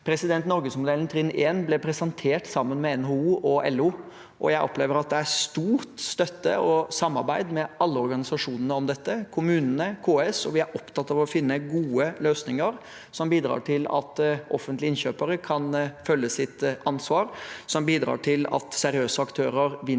Norgesmodellen trinn 1 ble presentert sammen med NHO og LO. Jeg opplever at det er stor støtte og samarbeid med alle organisasjonene om dette – kommunene, KS – og vi er opptatt av å finne gode løsninger som bidrar til at offentlige innkjøpere kan følge sitt ansvar, noe som bidrar til at seriøse aktører vinner